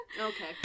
okay